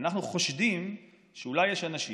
ואנחנו חושדים שאולי יש אנשים,